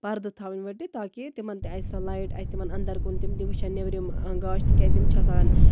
پردٕ تھاوٕنۍ ؤٹِتھ تاکہِ تِمن تہِ اَژِ سۄ لایِٹ اَژِ تِمن اَندر کُن تِم تہِ وٕچھن نیبرِم گاش تِکیازِ تِم چھِ آسان